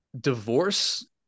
divorce